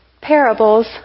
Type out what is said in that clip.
parables